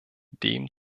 dem